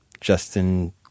Justin